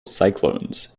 cyclones